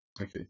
okay